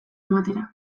ematera